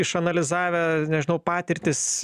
išanalizavę nežinau patirtis